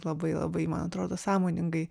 labai labai man atrodo sąmoningai